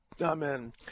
Amen